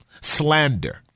slander